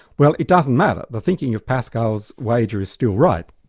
well, it doesn't matter. the thinking of pascal's wager is still right.